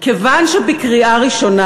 כיוון שבקריאה ראשונה,